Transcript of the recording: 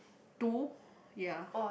to ya